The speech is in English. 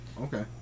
Okay